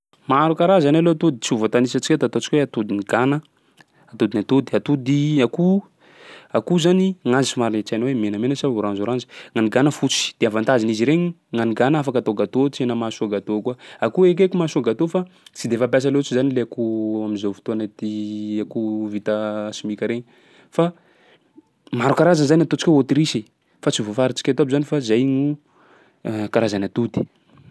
Maro karazany aloha atody tsy ho voatanisantsika eto ataontsika hoe: atodin'ny gana, atodin'ny atody; atody akoho, akoho zany gn'azy somary tsy hainao hoe menamena sa orange orange; gny an'ny gana fotsy. De avantagen'izy regny: gny an'ny gana afaka atao gâteau, tsena mahasoa gâteau koa; akoho ekeko mahasoa gâteau fa tsy de fampiasa loatsy zany le akoho am'zao fotoana ty akoho vita simika regny fa maro karazany zany ataontsika hoe autriche fa tsy voafaritsika eto aby zany fa zay no karazany atody.